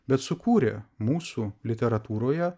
bet sukūrė mūsų literatūroje